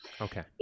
okay